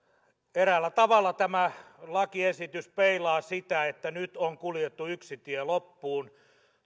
eräällä tavalla tämä lakiesitys peilaa sitä että nyt on kuljettu yksi tie loppuun